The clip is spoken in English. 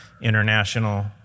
International